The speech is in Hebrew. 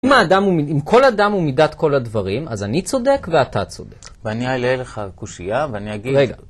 אם האדם, אם כל אדם הוא מידת כל הדברים, אז אני צודק ואתה צודק. -ואני אעלה לך קושייה ואני אגיד... -רגע.